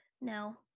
No